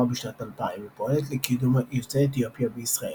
בשנת 2000 ופועלת לקידום יוצאי אתיופיה בישראל,